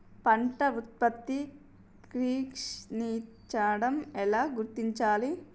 పంట ఉత్పత్తి క్షీణించడం ఎలా గుర్తించాలి?